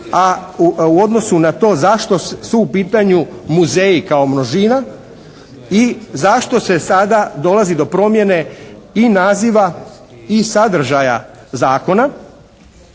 a u odnosu na to zašto su u pitanju muzeji kao množina i zašto se sada dolazi do promjene i naziva i sadržaja zakona.